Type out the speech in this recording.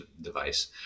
device